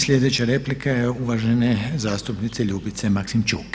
Sljedeća replika je uvažene zastupnice Ljubice Maksimčuk.